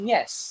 Yes